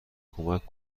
کمک